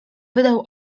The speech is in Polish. wydał